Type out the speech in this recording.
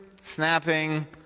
snapping